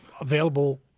available